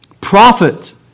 prophet